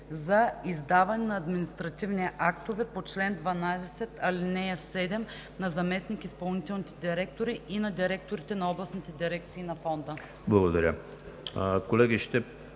за сключване на административни актове по чл. 12, ал. 7 на заместник изпълнителните директори и на директорите на областните дирекции на фонда.“ 3. В ал.